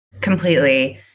Completely